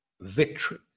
victory